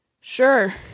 Sure